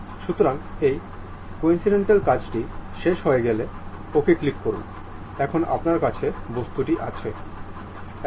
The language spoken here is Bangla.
সুতরাং এখানে এই অ্যানিমেশনের জন্য টুলবার